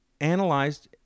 analyzed